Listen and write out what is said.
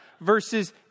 verses